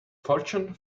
fortune